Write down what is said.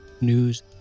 news